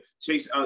Chase